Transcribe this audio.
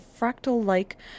fractal-like